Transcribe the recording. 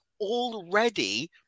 already